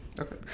okay